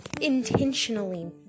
intentionally